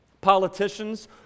Politicians